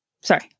Sorry